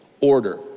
Order